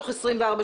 תוך 24 שעות.